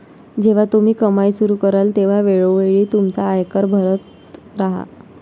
जेव्हा तुम्ही कमाई सुरू कराल तेव्हा वेळोवेळी तुमचा आयकर भरत राहा